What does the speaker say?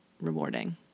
rewarding